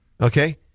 okay